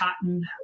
cotton